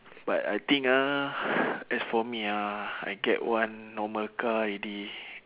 but I think ah as for me ah I get one normal car already